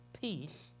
peace